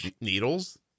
Needles